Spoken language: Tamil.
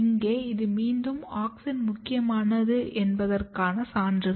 இங்கே இது மீண்டும் ஆக்ஸின் முக்கியமானது என்பதற்கான சான்றுகள்